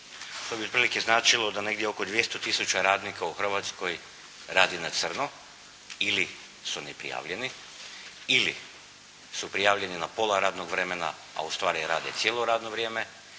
To bi otprilike značilo da negdje oko 200 tisuća radnika u Hrvatskoj radi na crno ili su neprijavljeni ili su prijavljeni na pola radnog vremena, a ustvari rade cijelo radno vrijeme